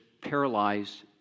paralyzed